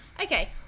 okay